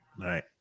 right